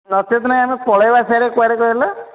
ନଚେତ୍ ନାହିଁ ଆମେ ପଳେଇବା ସେଆଡେ଼ କୁଆଡ଼େ କହିଲ